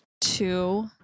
two